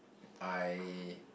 I